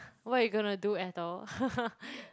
what you gonna do Ethel